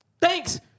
Thanks